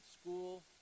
school